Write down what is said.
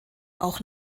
auch